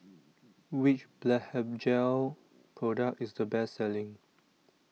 Which Blephagel Product IS The Best Selling